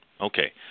Okay